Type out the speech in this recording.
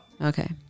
Okay